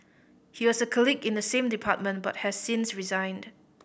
he was a colleague in the same department but has since resigned